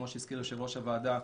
כמו שהזכיר יושב-ראש הוועדה,